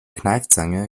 kneifzange